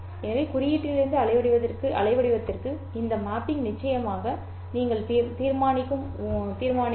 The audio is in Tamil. எனவே குறியீட்டிலிருந்து அலைவடிவத்திற்கு இந்த மேப்பிங் நிச்சயமாக நீங்கள் தீர்மானிக்கும்